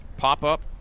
Pop-up